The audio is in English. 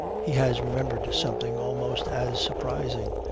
he has remembered something almost as surprising,